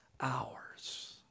hours